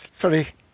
Sorry